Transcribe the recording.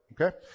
okay